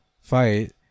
fight